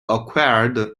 acquired